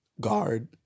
guard